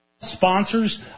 sponsors